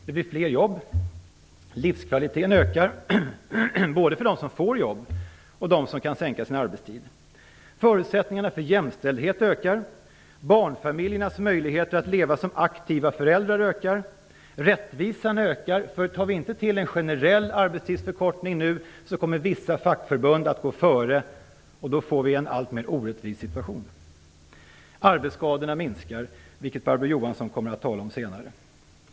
Det ger jobb. Livskvaliteten ökar, både för dem som får jobb och för dem som kan sänka sin arbetstid. Förutsättningarna för jämställdhet ökar. Barnfamiljernas möjligheter att leva som aktiva föräldrar ökar, rättvisan ökar. Om vi inte genomför en generell arbetstidsförkortning nu, kommer vissa fackförbund att gå före, och då får vi en allt orättvisare situation. Arbetsskadorna minskar, vilket Barbro Johansson kommer att tala om senare.